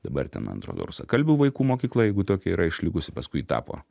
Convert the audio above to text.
dabar ten man atrodo rusakalbių vaikų mokykla jeigu tokia yra išlikusi paskui tapo